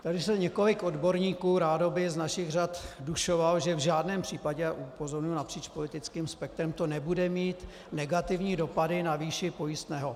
Tady se několik odborníků, rádoby, z našich řad dušovalo, že v žádném případě a upozorňuji napříč politickým spektrem to nebude mít negativní dopady na výši pojistného.